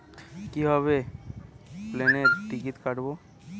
কিভাবে প্লেনের টিকিট কাটব?